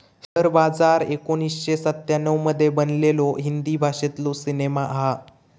share बाजार एकोणीसशे सत्त्याण्णव मध्ये बनलेलो हिंदी भाषेतलो सिनेमा हा